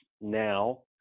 now